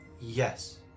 Yes